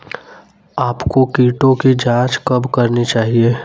आपको कीटों की जांच कब करनी चाहिए?